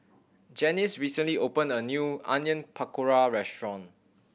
Janyce recently opened a new Onion Pakora Restaurant